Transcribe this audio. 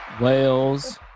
wales